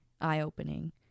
eye-opening